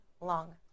long